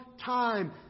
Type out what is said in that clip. time